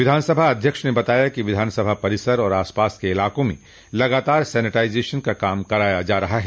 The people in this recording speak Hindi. विधानसभा अध्यक्ष ने बताया कि विधानसभा परिसर और आसपास के इलाकों में लगातार सैनिटाजेशन का काम कराया जा रहा है